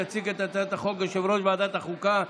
יציג את הצעת החוק יושב-ראש ועדת החוקה,